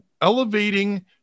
elevating